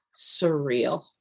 surreal